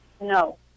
No